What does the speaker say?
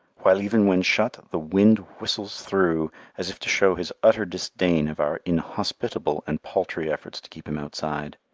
while even when shut, the wind whistles through as if to show his utter disdain of our inhospitable and paltry efforts to keep him outside.